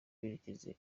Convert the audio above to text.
berekeje